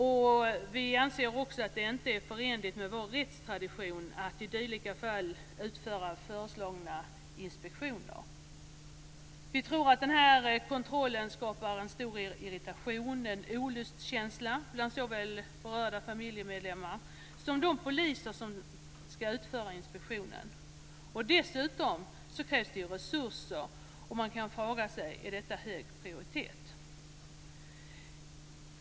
Centerpartiet anser inte att det är förenligt med vår rättstradition att i dylika fall utföra föreslagna inspektioner. Vi tror att denna kontroll skapar stor irritation och en olustkänsla hos såväl berörda familjemedlemmar som de poliser som ska utföra inspektionen. Dessutom krävs det resurser, och man kan fråga sig om detta har hög prioritet.